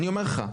אני אומר לך,